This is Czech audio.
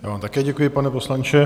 Já vám také děkuji, pane poslanče.